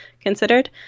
considered